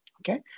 okay